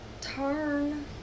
turn